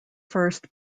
first